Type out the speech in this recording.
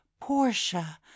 portia